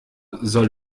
soll